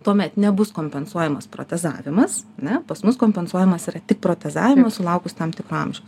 tuomet nebus kompensuojamas protezavimas ar ne pas mus kompensavimas yra tik protezavimas sulaukus tam tikro amžiaus